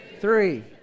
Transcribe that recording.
three